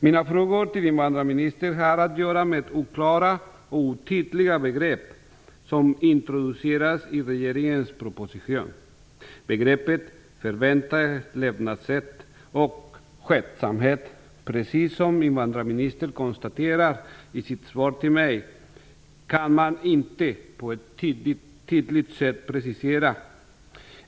Mina frågor till invandrarministern har att göra med oklara och otydliga begrepp som introduceras i regeringens proposition. Begreppen "förväntat levnadssätt" och "skötsamhet" kan man, som invandrarministern konstaterar i sitt svar till mig, inte på ett tydligt sätt precisera.